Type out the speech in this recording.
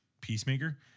peacemaker